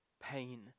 pain